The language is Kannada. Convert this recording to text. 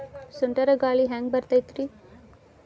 ಸುಂಟರ್ ಗಾಳಿ ಹ್ಯಾಂಗ್ ಬರ್ತೈತ್ರಿ?